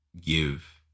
give